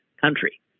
country